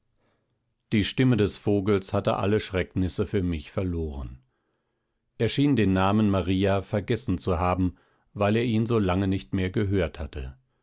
die stimme des vogels hatte alle schrecknisse für mich verloren er schien den namen maria vergessen zu haben weil er ihn so lange nicht mehr gehört hatte